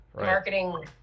Marketing